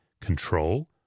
control